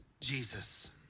Jesus